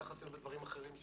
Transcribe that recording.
כפי שעשינו בדברים אחרים,